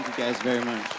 guys very